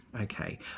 Okay